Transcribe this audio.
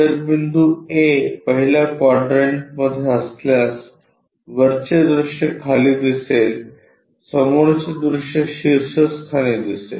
जर बिंदू A पहिल्या क्वाड्रंटमध्ये असल्यास वरचे दृश्य खाली दिसेल समोरचे दृश्य शीर्षस्थानी दिसेल